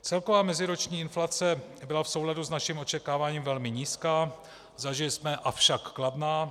Celková meziroční inflace byla v souladu s naším očekáváním velmi nízká, avšak kladná.